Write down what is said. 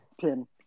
pin